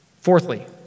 Fourthly